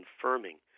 confirming